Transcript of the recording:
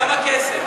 כמה כסף?